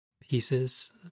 pieces